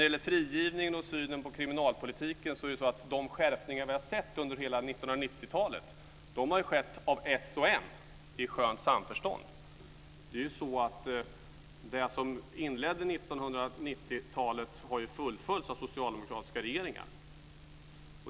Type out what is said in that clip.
Vad gäller frigivning och synen på kriminalpolitiken har de skärpningar som vi har sett under hela 1990-talet genomförts av s och m i skönt samförstånd. Det som inledde 1990-talet har fullföljts av socialdemokratiska regeringar.